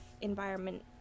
environment